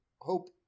hope